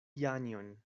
janjon